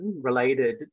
related